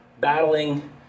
battling